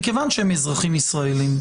מכיוון שהם אזרחים ישראלים,